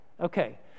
Okay